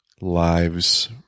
lives